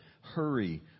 hurry